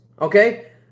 okay